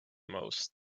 most